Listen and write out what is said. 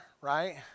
right